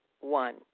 One